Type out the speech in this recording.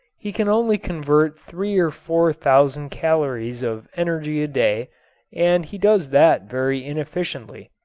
he can only convert three or four thousand calories of energy a day and he does that very inefficiently.